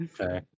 Okay